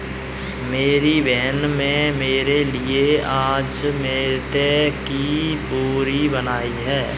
मेरी बहन में मेरे लिए आज मैदे की पूरी बनाई है